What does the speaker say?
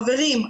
חברים,